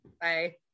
Bye